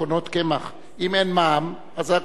אם אין מע"מ, כולם זוכים.